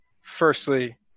firstly